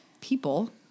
people